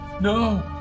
No